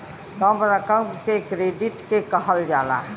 कम रकम के क्रेडिट के कहल जाला